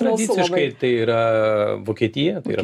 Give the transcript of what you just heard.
tradiciškai tai yra vokietija yra